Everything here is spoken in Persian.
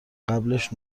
قبلش